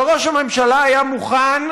וראש הממשלה היה מוכן,